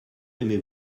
aimez